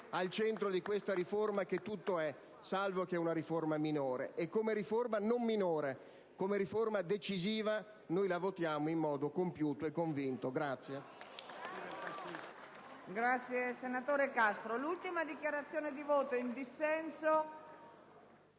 al centro di questa riforma, che tutto è salvo che una riforma minore: come riforma non minore ma decisiva. Noi la votiamo in modo compiuto e convinto.